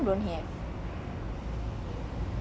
but all with human meat